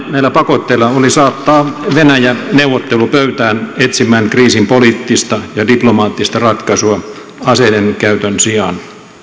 näillä pakotteilla saattaa venäjä neuvottelupöytään etsimään kriisiin poliittista ja diplomaattista ratkaisua aseiden käytön sijaan